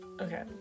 okay